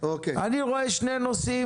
אני רואה שני נושאים